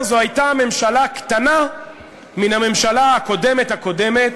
זו הייתה ממשלה קטנה מן הממשלה הקודמת-הקודמת,